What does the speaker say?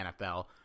NFL